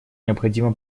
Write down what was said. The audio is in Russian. необходимо